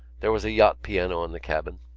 there was a yacht piano in the cabin.